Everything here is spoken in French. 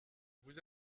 vous